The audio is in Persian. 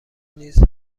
نیز